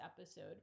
episode